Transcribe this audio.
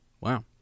Wow